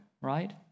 right